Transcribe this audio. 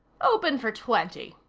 open for twenty,